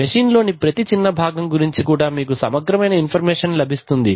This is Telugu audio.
మెషిన్ లోని ప్రతి చిన్న భాగం గురించి కూడా మీకు సమగ్రమైన ఇన్ఫర్మేషన్ లభిస్తుంది